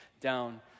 down